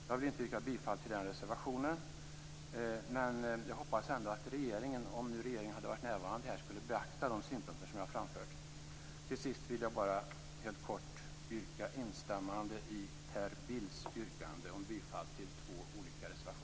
Jag yrkar inte bifall till den reservationen, men hoppas att ändå regeringen - om nu regeringens representant hade varit närvarande här i kammaren - skall beakta de synpunkter jag har framfört. Till sist vill jag instämma i Per Bills yrkande om bifall till två olika reservationer.